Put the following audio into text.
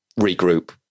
regroup